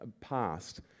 past